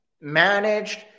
managed